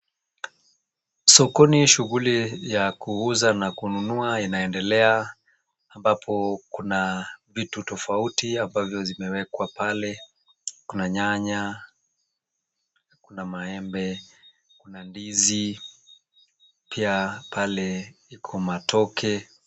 Sokoni shughuli ya kuuza na kununua inaendelea, ambapo kuna vitu tofauti ambavyo vimewekwa pale. Kuna nyanya, kuna maembe ,kuna ndizi pia pale iko matoke.